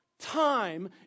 time